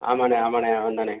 ஆமாண்ணே ஆமாண்ணே அவன் தாண்ணே